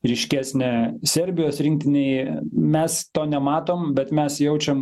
ryškesnė serbijos rinktinėj mes to nematom bet mes jaučiam